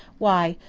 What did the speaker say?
why,